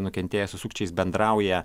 nukentėjęs su sukčiais bendrauja